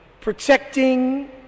protecting